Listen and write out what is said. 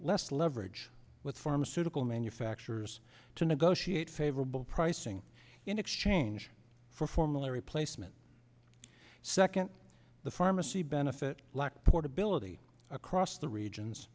less leverage with pharmaceutical manufacturers to negotiate favorable pricing in exchange for formulary placement second the pharmacy benefit lacked portability across the regions